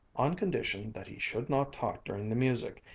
on condition that he should not talk during the music,